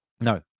No